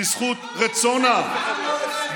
בזכות רצון העם.